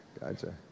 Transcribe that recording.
gotcha